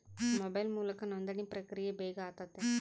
mobile ಮೂಲಕ ನೋಂದಣಿ ಪ್ರಕ್ರಿಯೆ ಬೇಗ ಆತತೆ